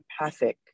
empathic